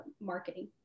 marketing